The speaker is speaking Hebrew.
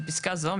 בפסקה זו,